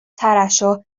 ترشح